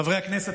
חברי הכנסת,